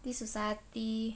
this society